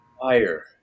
Fire